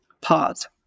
Pause